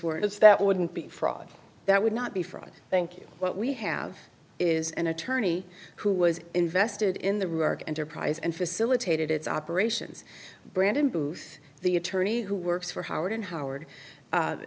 where it was that wouldn't be fraud that would not be fraud thank you what we have is an attorney who was invested in the rue arc enterprise and facilitated its operations brandon booth the attorney who works for howard and howard